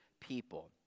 people